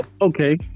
okay